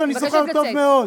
שאני זוכר טוב מאוד.